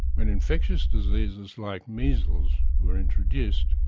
when infectious diseases like measles were introduced,